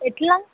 ఎట్లా